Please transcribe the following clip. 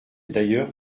d’ailleurs